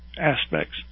aspects